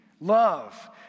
Love